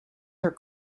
her